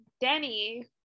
Denny